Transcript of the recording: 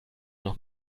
noch